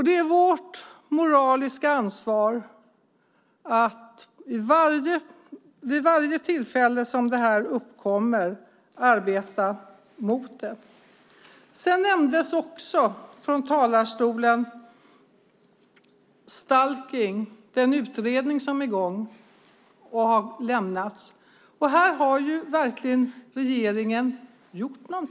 Det är vårt moraliska ansvar att vid varje tillfälle som detta uppkommer arbeta mot det. Från talarstolen nämndes också den utredning om stalking som har lämnats. Här har regeringen verkligen gjort något.